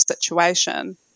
situation